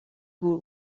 بور